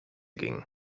ging